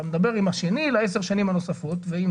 אתה מדבר עם השני לעשר השנים הנוספות ואם